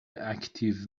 اکتیو